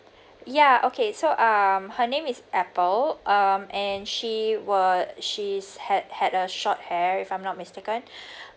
ya okay so um her name is apple um and she was she had had a short hair if I'm not mistaken